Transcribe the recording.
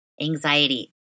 anxiety